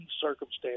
circumstances